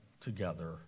together